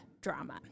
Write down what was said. drama